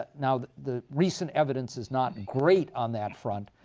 now, the recent evidence is not great on that front.